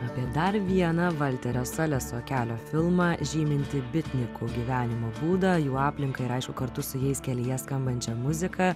apie dar vieną valterio saleso kelio filmą žymintį bitnikų gyvenimo būdą jų aplinką ir aišku kartu su jais kelyje skambančia muzika